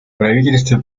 правительство